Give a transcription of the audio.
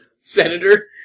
senator